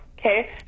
Okay